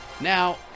Now